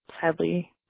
sadly